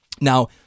Now